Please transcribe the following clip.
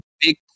big